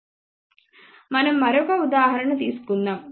మనం మరొక ఉదాహరణ తీసుకుందాం